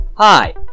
Hi